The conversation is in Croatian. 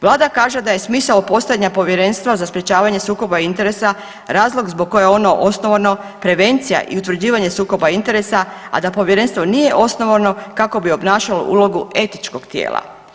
Vlada kaže da je smisao postojanja Povjerenstva za sprječavanje sukoba interesa razlog zbog koje je ono osnovano prevencija i utvrđivanje sukoba interesa, a da Povjerenstvo nije osnovano kako bi obnašalo ulogu etičkog tijela.